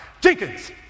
Jenkins